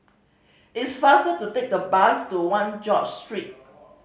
it's faster to take the bus to One George Street